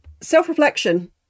Self-reflection